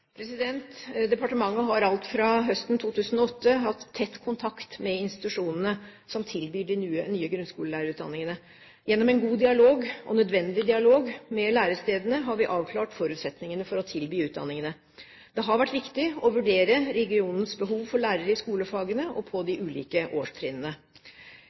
Departementet har alt fra høsten 2008 hatt tett kontakt med institusjonene som tilbyr de nye grunnskolelærerutdanningene. Gjennom en god og nødvendig dialog med lærestedene har vi avklart forutsetningene for å tilby utdanningene. Det har vært viktig å vurdere regionens behov for lærere i skolefagene og på de ulike årstrinnene.